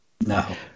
No